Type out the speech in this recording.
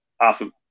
awesome